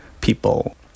people